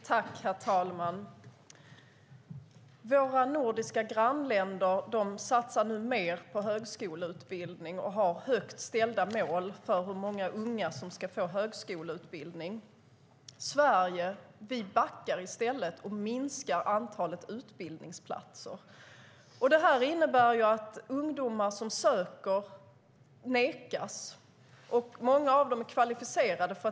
Herr talman! Våra nordiska grannländer satsar nu mer på högskoleutbildning och har högt ställda mål för hur många unga som ska få högskoleutbildning. Sverige backar i stället och minskar antalet utbildningsplatser. Det innebär att ungdomar som söker nekas utbildningsplats. Många av dem är kvalificerade.